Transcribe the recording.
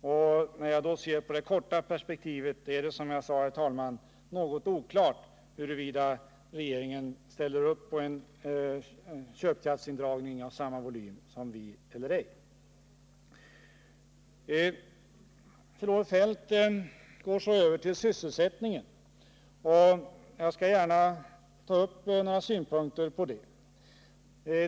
Och när man ser på det korta perspektivet är det, som jag sade, herr talman, något oklart huruvida socialdemokraterna ställer upp på en köpkraftsindragning av samma volym som vi eller ej. Kjell-Olof Feldt går över på sysselsättningen, och jag skall gärna ta upp några synpunkter på den.